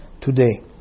today